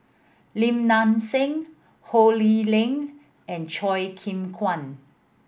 Lim Nang Seng Ho Lee Ling and Choo Keng Kwang